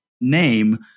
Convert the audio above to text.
name